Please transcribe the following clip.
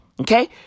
okay